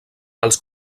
els